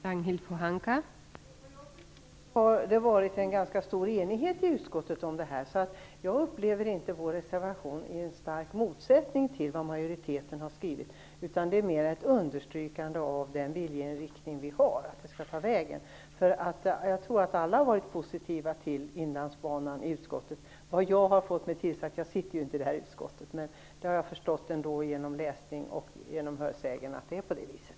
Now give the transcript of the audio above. Fru talman! Vad jag förstår har det rått ganska stor enighet kring detta i utskottet. Jag upplever inte att vår reservation står i stark motsättning till vad majoriteten har skrivit. Det är mer frågan om ett understrykande av den viljeinriktning vi har. Jag tror att alla i utskottet har varit positiva till Inlandsbanan. Jag sitter inte i utskottet, men av vad jag läst och hört har jag förstått att det är på det viset.